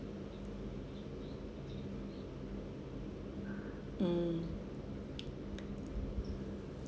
mm